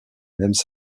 mêmes